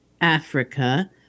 Africa